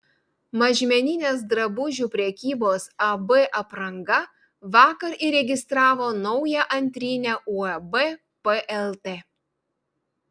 mažmeninės drabužių prekybos ab apranga vakar įregistravo naują antrinę uab plt